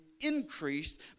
increased